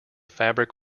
fabric